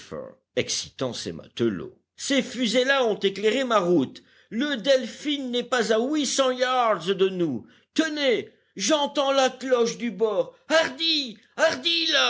excitant ses matelots ces fusées là ont éclairé ma route le delphin n'est pas à huit cent yards de nous tenez j'entends la cloche du bord hardi